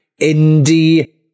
indie